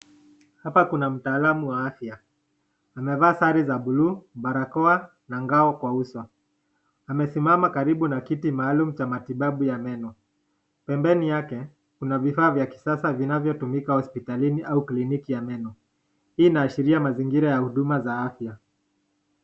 Hapa kuna mtaalamu wa afya. Amevaa sare za bluu, barakoa na ngao kwa uso. Amesimama karibu na kiti maalum cha matibabu ya meno. Pembeni yake kuna vifaa vya kisasa vinavyotumika hospitalini au kliniki ya meno. Hii inaashiria mazingira ya huduma za afya.